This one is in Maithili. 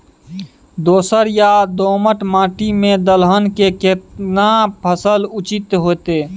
दोरस या दोमट माटी में दलहन के केना फसल उचित होतै?